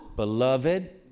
Beloved